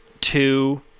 two